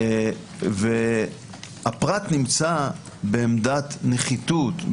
והפרט נמצא בעמדת נחיתות,